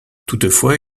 toutefois